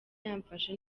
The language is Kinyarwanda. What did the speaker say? yamfashe